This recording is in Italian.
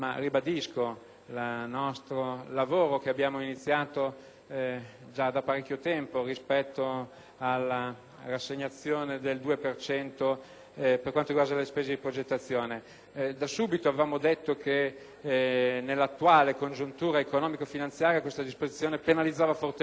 il lavoro che abbiamo iniziato giada parecchio tempo rispetto all’assegnazione del 2 per cento per quanto riguarda le spese di progettazione. Da subito avevamo detto che, nell’attuale congiuntura economico-finanziaria, tale disposizione penalizzava fortemente i Comuni.